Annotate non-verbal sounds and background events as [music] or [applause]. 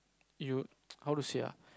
you [noise] how to say ah